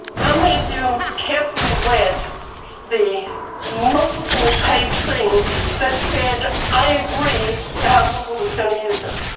how many of you carefully read the multiple page thing that said i agree to how google is going to use it?